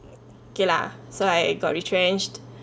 okay lah so I got retrenched